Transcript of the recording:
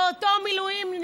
זה אותו מילואימניק.